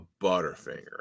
butterfinger